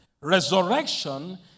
Resurrection